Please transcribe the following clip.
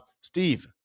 Steve